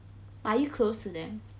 are you close to them